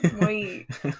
Wait